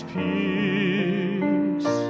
peace